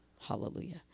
hallelujah